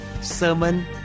sermon